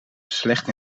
beslecht